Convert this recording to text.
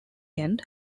end